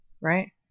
right